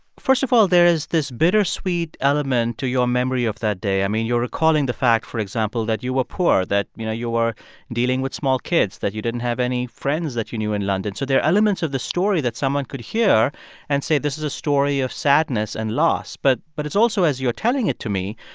first of all, there is this bittersweet element to your memory of that day. i mean, you're recalling the fact, for example, that you were poor, that, you know, you were dealing with small kids, that you didn't have any friends that you knew in london. so there are elements of the story that someone could hear and say this is a story of sadness and loss, but but it's also, as you're telling it to me,